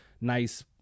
nice